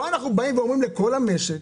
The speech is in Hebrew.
פה אנחנו באים לכל המשק,